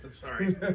sorry